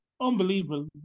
unbelievable